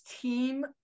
team